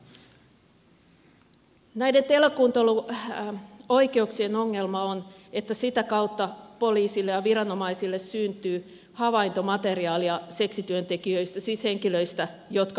näiden telekuunteluoikeuksien ongelma on että sitä kautta poliisille ja viranomaisille syntyy havaintomateriaalia seksityöntekijöistä siis henkilöistä jotka myyvät seksiä